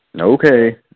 okay